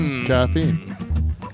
Caffeine